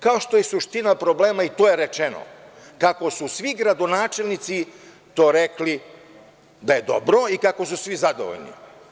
Kao što je suština problema, i to je rečeno, kako su svi gradonačelnici to rekli da je dobro i kako su svi zadovoljni.